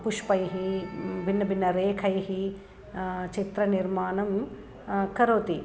पुष्पैः भिन्नभिन्न रेखैः चित्रनिर्माणं करोति